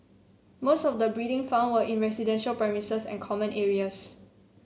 most of the breeding found were in residential premises and common areas